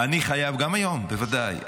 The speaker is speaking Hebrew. גם היום, בוודאי.